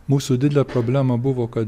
mūsų didelė problema buvo kad